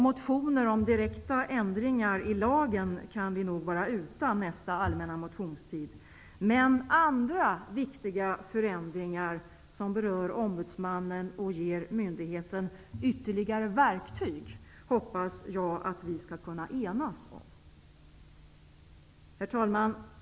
Motioner om direkta ändringar i lagen kan vi nog vara utan under allmänna motionstiden. Men andra viktiga förändringar som berör ombudsmannen och ger myndigheten ytterligare verktyg hoppas jag att vi skall kunna enas omkring. Herr talman!